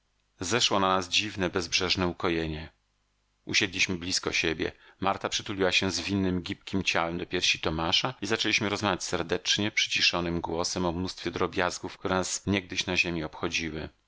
zeszło na nas dziwne bezbrzeżne ukojenie usiedliśmy blizko obok siebie marta przytuliła się zwinnem gibkiem ciałem do piersi tomasza i zaczęliśmy rozmawiać serdecznie przyciszonym głosem o mnóstwie drobiazgów które nas niegdyś na ziemi obchodziły